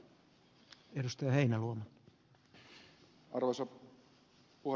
arvoisa puhemies